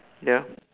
ya